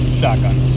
shotgun